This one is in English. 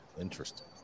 Interesting